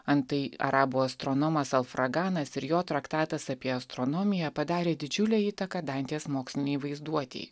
antai arabų astronomas alfraganas ir jo traktatas apie astronomiją padarė didžiulę įtaką dantės mokslinei vaizduotei